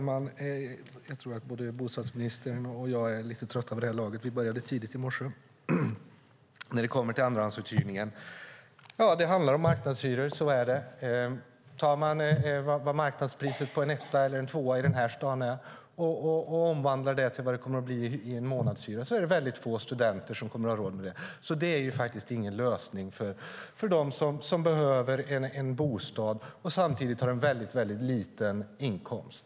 Herr talman! När det gäller andrahandsuthyrningen handlar det om marknadshyror. Tar man marknadspriset för en etta eller tvåa i Stockholm och omvandlar det till vad det blir i månadshyra är det få studenter som kommer att ha råd med det. Det är ingen lösning för den som behöver en bostad och samtidigt har en mycket låg inkomst.